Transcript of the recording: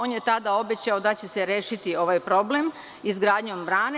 On je tada obećao da će se rešiti ovaj problem izgradnjom brane.